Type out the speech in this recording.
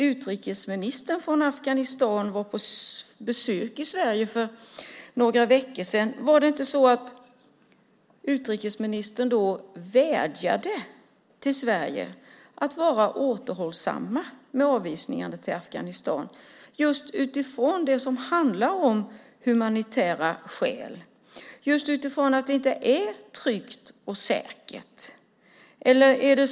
Utrikesministern från Afghanistan var på besök i Sverige för några veckor sedan. Vädjade inte utrikesministern då till Sverige att vara återhållsamt med avvisningarna till Afghanistan av humanitära skäl eftersom det inte är tryggt och säkert?